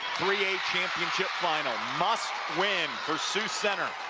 championship final, must winfor sioux center.